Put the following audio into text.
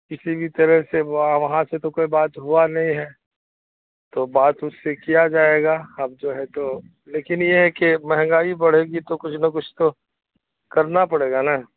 کسی بھی طرح سے وہ وہاں سے تو کوئی بات ہوا نہیں ہے تو بات اس سے کیا جائے گا اب جو ہے تو لیکن یہ ہے کہ مہنگائی بڑھے گی تو کچھ نہ کچھ تو کرنا پڑے گا نا